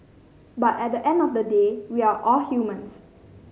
but at the end of the day we're all humans